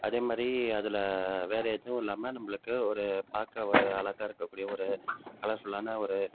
அதேமாதிரி அதில் வேறு எதுவும் இல்லாமல் நம்மளுக்கு ஒரு பார்க்க ஒரு அழகா இருக்கக்கூடிய ஒரு கலர்ஃபுல்லான ஒரு